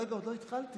רגע, עוד לא התחלתי.